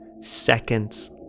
seconds